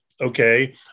okay